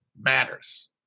matters